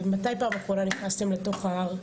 מתי בפעם האחרונה נכנסתם לתוך ההר?